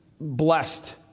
blessed